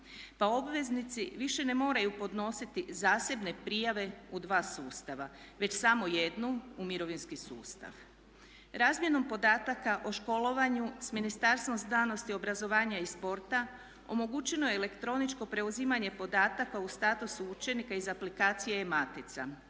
pa obveznici više ne moraju podnositi zasebne prijave u dva sustava već samo jednu u mirovinski sustav. Razmjenom podataka o školovanju s Ministarstvom znanosti, obrazovanja i sporta omogućeno je elektroničko preuzimanje podataka u statusu učenika iz aplikacije e-matica.